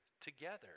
together